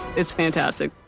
it's fantastic.